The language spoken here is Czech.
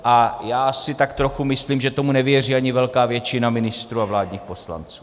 A já si tak trochu myslím, že tomu nevěří ani velká většina ministrů a vládních poslanců.